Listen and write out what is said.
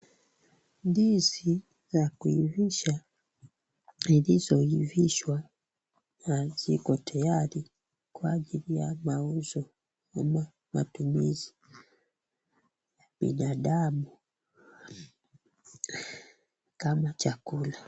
Ndizi za kuivisha zilizoivishwa na ziko tayari kwa ajili ya mauzo au matumizi ya binadamu kama chakula.